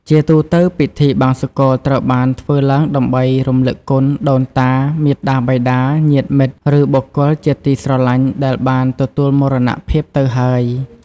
ជាទូទៅ ពិធីបង្សុកូលត្រូវបានធ្វើឡើងដើម្បីរំលឹកគុណ ដូនតា មាតាបិតា ញាតិមិត្ត ឬបុគ្គលជាទីស្រឡាញ់ដែលបានទទួលមរណភាពទៅហើយ។